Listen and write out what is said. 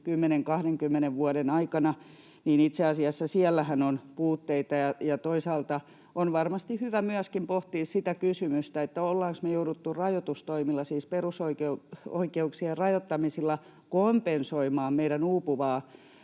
10—20 vuoden aikana, niin itse asiassa siellähän on puutteita. Ja toisaalta on varmasti hyvä pohtia myöskin sitä kysymystä, ollaanko me jouduttu rajoitustoimilla, siis perusoikeuksien rajoittamisilla, kompensoimaan meidän uupuvia